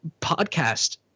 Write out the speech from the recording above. podcast